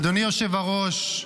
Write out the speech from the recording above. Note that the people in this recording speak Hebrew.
אדוני היושב-ראש,